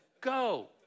go